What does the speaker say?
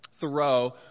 Thoreau